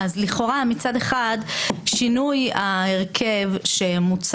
ולכן דיון כמו שאנחנו מכירים בכנסת,